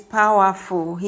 powerful